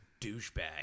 douchebag